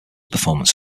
performance